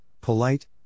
polite